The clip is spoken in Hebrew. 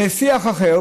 לשיח אחר,